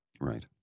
Right